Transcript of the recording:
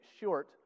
short